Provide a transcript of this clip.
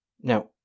Now